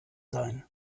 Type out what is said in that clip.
sein